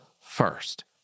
first